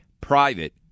private